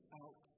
out